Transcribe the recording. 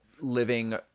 living